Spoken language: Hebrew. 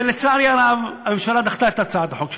לצערי הרב, הממשלה דחתה את הצעת החוק שלי.